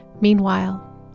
Meanwhile